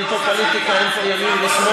אין פה פוליטיקה, אין פה ימין ושמאל.